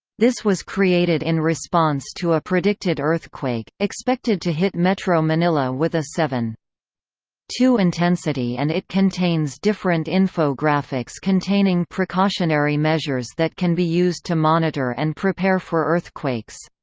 this was created in response to a predicted earthquake, expected to hit metro manila with a seven point two intensity and it contains different info-graphics containing precautionary measures that can be used to monitor and prepare for earthquakes.